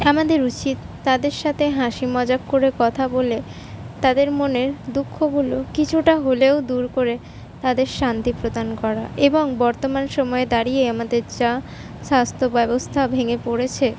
আমাদের উচিত তাদের সাথে হাসি মজাক করে কথা বলে তাদের মনের দুঃখগুলো কিছুটা হলেও দূর করে তাদের শান্তি প্রদান করা এবং বর্তমান সময়ে দাঁড়িয়ে আমাদের যা স্বাস্থ্য ব্যবস্থা ভেঙে পড়েছে